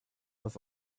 das